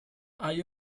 hay